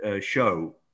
show